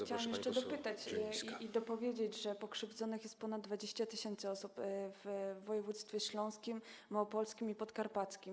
Chciałam jeszcze dopytać i dopowiedzieć, że pokrzywdzonych jest ponad 20 tys. osób - w województwie śląskim, małopolskim i podkarpackim.